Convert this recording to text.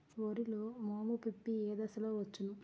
వరిలో మోము పిప్పి ఏ దశలో వచ్చును?